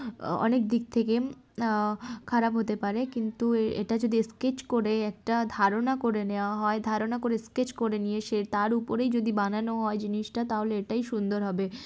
অনেক দিক থেকে খারাপ হতে পারে কিন্তু এটা যদি স্কেচ করে একটা ধারণা করে নেওয়া হয় ধারণা করে স্কেচ করে নিয়ে সে তার উপরেই যদি বানানো হয় জিনিসটা তাহলে এটাই সুন্দর হবে